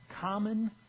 common